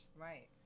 Right